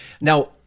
Now